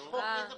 יש חוק עזר שקבע,